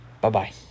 Bye-bye